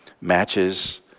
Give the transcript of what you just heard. matches